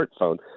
smartphone